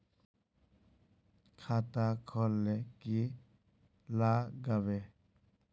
खाता खोल ले की लागबे?